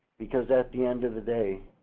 because at the end of the day,